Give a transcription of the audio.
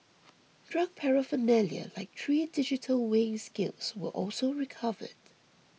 drug paraphernalia like three digital weighing scales were also recovered